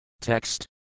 Text